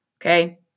Okay